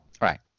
Right